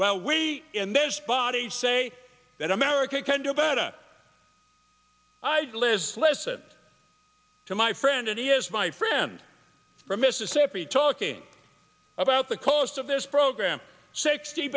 well we in this body say that america can do better i live listen to my friend and he is my friend from mississippi talking about the cost of this program sixty